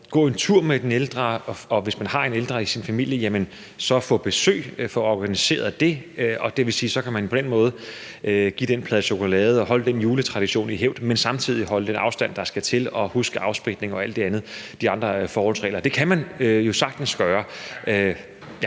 gå en tur med den ældre, og om, hvis man har en ældre i sin familie, at få organiseret det med besøg. Det vil sige, at man på den måde kan give den plade chokolade og holde den juletradition i hævd, men samtidig holde den afstand, der skal til, og huske afspritning og alle de andre forholdsregler. Det kan man jo sagtens gøre.